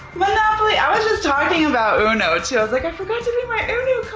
monopoly! i was just talking about uno too. i was like, i forgot to bring my uno